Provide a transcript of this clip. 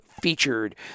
featured